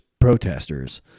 protesters